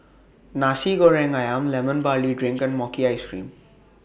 Nasi Goreng Ayam Lemon Barley Drink and Mochi Ice Cream